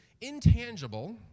intangible